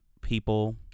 people